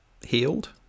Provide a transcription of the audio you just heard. healed